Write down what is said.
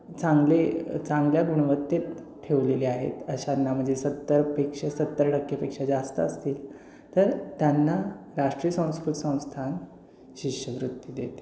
चांगले चांगल्या गुणवत्तेत ठेवलेले आहेत अशांना म्हणजे सत्तरपेक्षा सत्तर टक्केपेक्षा जास्त असतील तर त्यांना राष्ट्रीय संस्कृत संस्थान शिष्यवृत्ती देते